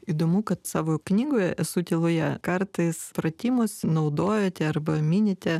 įdomu kad savo knygoje esu tyloje kartais pratimus naudojate arba minite